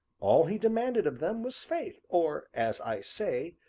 all he demanded of them was faith or, as i say,